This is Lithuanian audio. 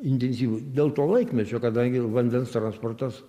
intensyvu dėl to laikmečio kadangi vandens transportas